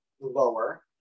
lower